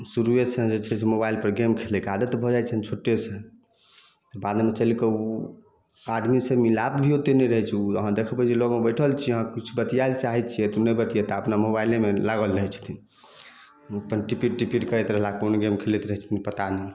शुरूए से जे छै से मोबाइल पर गेम खेलयके आदत भऽ जाइ छनि छोट्टेसॅं बादमे चलिके ओ आदमी से मिलाप भी ओत्ते नहि रहै छनि अहाँ देखबै जे लऽगमे बैठल छी अहाँ किछु बतियाए लऽ चाहै छियै तऽ ओ नहि बतिएता ओ अपन मोबाइलेमे लागल रहै छथिन ओ अपन टिपिर टिपिर करैत रहला कोन गेम खेलैत रहै छथिन पता नहि